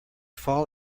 fall